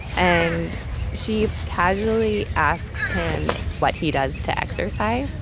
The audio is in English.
and she casually asks him what he does to exercise.